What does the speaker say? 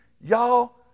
Y'all